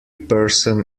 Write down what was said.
person